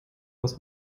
aus